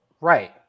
Right